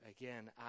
again